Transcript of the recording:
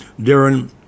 Darren